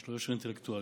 יש לו יושר אינטלקטואלי.